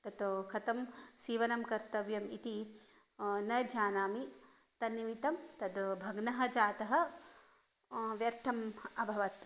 तत् कथं सीवनं कर्तव्यम् इति न जानामि तन्निमित्तं तद् भग्नः जातः व्यर्थम् अभवत्